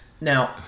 Now